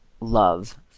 love